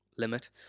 limit